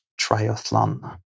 triathlon